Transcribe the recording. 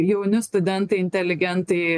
jauni studentai inteligentai